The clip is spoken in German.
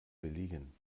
belegen